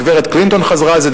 הגברת קלינטון חזרה על זה.